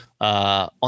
On